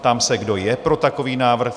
Ptám se, kdo je pro takový návrh?